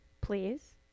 please